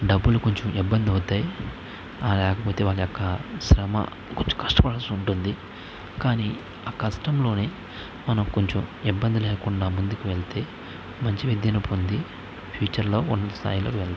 డబ్బులు కొంచం ఇబ్బంది అవుతాయి లేకపోతే వాళ్ళ యొక్క శ్రమ కొంచం కష్టపడాల్సి ఉంటుంది కానీ ఆ కష్టంలోనే మనం కొంచెం ఇబ్బంది లేకుండా ముందుకు వెళితే మంచి విద్యను పొంది ఫ్యూచర్లో ఉన్నత స్థాయిలో వెళతాము